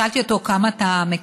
שאלתי אותו: כמה אתה מקבל?